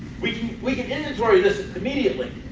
we can we can inventory this immediately,